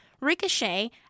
Ricochet